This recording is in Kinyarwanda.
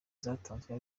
zatanzwe